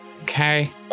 Okay